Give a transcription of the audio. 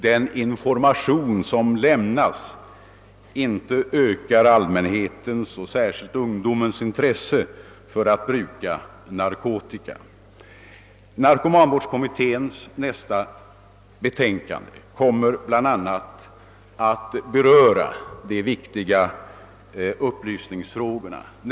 Den information som lämnas bör inte öka allmän hetens — och särskilt ungdomens — intresse för att bruka narkotika. Narkomanvårdskommitténs nästa betänkande kommer bl.a. att beröra de viktiga upplysningsfrågorna.